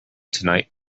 tonight